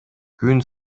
күн